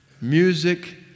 music